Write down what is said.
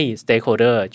stakeholder